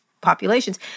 populations